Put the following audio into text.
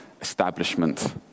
establishment